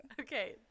Okay